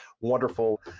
wonderful